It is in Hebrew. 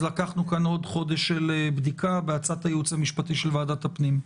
לקחנו כאן עוד חודש של בדיקה בעצת הייעוץ המשפטי של ועדת הפנים.